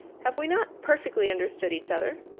have we not perfectly understood each other?